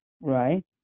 Right